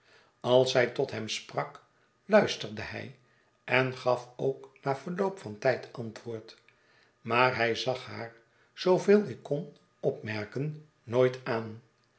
als zij tot hem sprak luisterde hij en gaf ook na verloop van tijd antwoord maar hij zag haar zooveel ik kon opmerken nooit aan